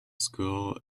school